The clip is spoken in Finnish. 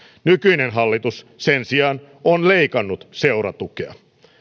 nykyinen hallitus sen sijaan on leikannut seuratukea